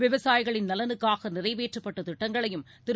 விவசாயிகளின் நலனுக்காக நிறைவேற்றப்பட்ட திட்டங்களையும் திரு